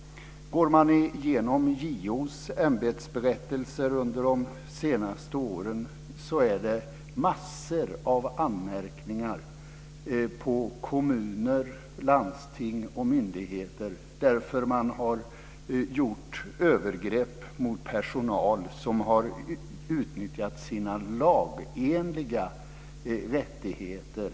Om man går igenom JO:s ämbetsberättelser under de senaste åren finner man massor av anmärkningar på kommuner, landsting och myndigheter därför att de har gjort övergrepp mot personal som har utnyttjat sina lagenliga rättigheter.